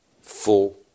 full